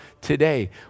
today